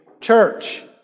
church